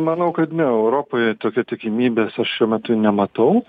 manau kad niau europoje tokia tikimybės aš šiuo metu nematau